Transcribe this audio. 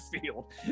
field